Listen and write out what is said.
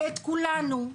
ואת כולנו,